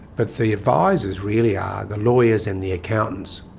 but the advisors really are the lawyers and the accountants.